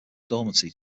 dormancy